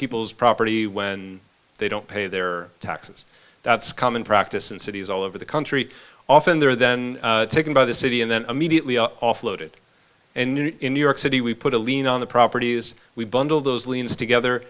people's property when they don't pay their taxes that's common practice in cities all over the country often they're then taken by the city and then immediately offloaded and in new york city we put a lien on the properties we bundle those liens together